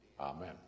Amen